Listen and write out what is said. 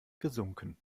gesunken